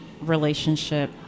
relationship